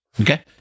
Okay